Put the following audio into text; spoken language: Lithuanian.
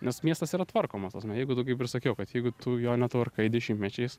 nes miestas yra tvarkomas ta prasme jeigu tu kaip ir sakiau kad jeigu tu jo netvarkai dešimtmečiais